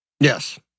Yes